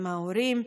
עם ההורים,